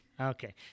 Okay